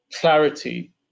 clarity